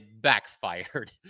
backfired